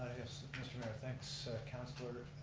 yes mr. mayor, thanks. councilor,